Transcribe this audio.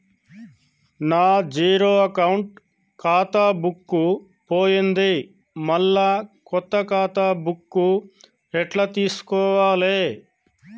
నా zero account ఖాతా book పోయింది మళ్ళా కొత్త ఖాతా బుక్కు ఎట్ల తీసుకోవాలే?